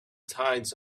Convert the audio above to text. tides